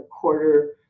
quarter